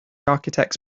architects